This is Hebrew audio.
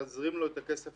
תזרים לו את הכסף